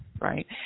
right